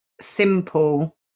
simple